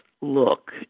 look